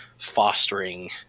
fostering